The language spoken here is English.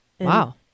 Wow